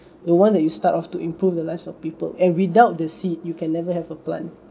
the one that you start off to improve the lives of people and without the seed you can never have a plant